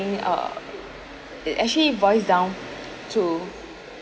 uh actually boils down to